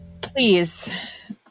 please